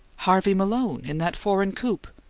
harvey malone in that foreign coupe.